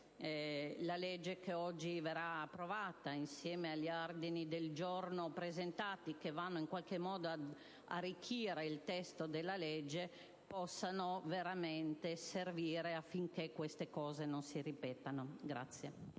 la legge che oggi verrà approvata, insieme agli ordini del giorno presentati, che vanno in qualche modo ad arricchire il testo della legge, possa veramente servire affinché queste cose non si ripetano.